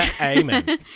Amen